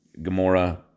Gamora